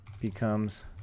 becomes